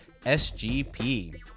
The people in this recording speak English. SGP